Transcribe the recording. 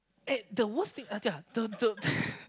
eh the worst thing uh yeah the the